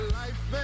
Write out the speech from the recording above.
life